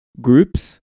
groups